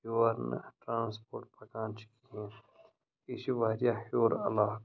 یور نہٕ ٹرانَسپوٹ پَکان چھِ کِہیٖنۍ یہِ چھُ وارِیاہ ہیوٚر علاقہٕ